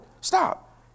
stop